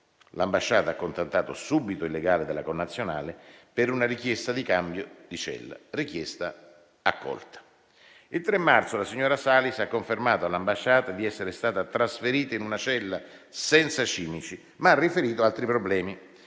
L'ambasciata ha contattato subito il legale della connazionale per una richiesta di cambio di cella; richiesta accolta. Il 3 marzo la signora Salis ha confermato all'ambasciata di essere stata trasferita in una cella senza cimici, ma ha riferito altri problemi: